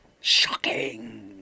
Shocking